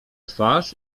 twarz